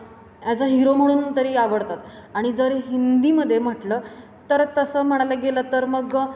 as a hero म्हणून तरी आवडतात आणि जर हिंदीमध्ये म्हटलं तर तसं म्हणायला गेलं तर मग